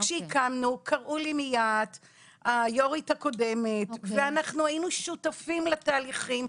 וכשהקמנו קראו לי מיד היו"רית הקודמת ואנחנו היינו שותפים לתהליכים.